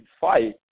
fight